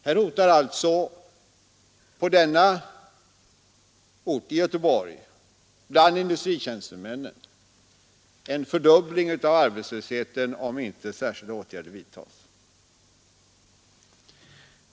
Bland industritjänstemännen i Göteborg hotar alltså en fördubbling av arbetslösheten om inte särskilda åtgärder vidtas.